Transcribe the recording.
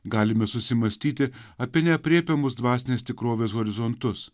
galime susimąstyti apie neaprėpiamus dvasinės tikrovės horizontus